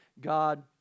God